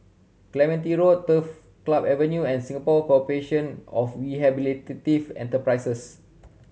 Clementi Road Turf Club Avenue and Singapore Corporation of Rehabilitative Enterprises